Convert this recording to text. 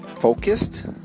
focused